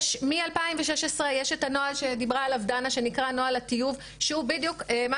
מ-2016 יש את הנוהל שדיברה עליו דנה שנקרא נוהל הטיוב שהוא בדיוק מה